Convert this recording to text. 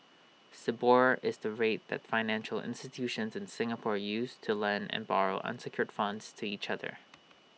Sibor is the rate that financial institutions in Singapore use to lend and borrow unsecured funds to each other